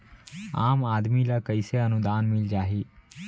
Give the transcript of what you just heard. आम आदमी ल कइसे अनुदान मिल जाही?